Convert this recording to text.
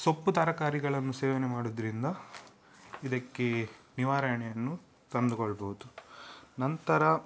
ಸೊಪ್ಪು ತರಕಾರಿಗಳನ್ನು ಸೇವನೆ ಮಾಡೋದ್ರಿಂದ ಇದಕ್ಕೆ ನಿವಾರಣೆಯನ್ನು ತಂದುಕೊಳ್ಳಬಹುದು ನಂತರ